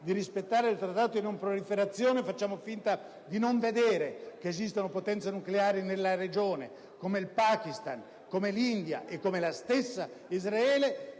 di rispettare il Trattato di non proliferazione, facciamo finta di non vedere che esistono potenze nucleari nella regione, come il Pakistan, l'India e la stessa Israele,